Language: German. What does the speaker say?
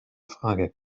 frage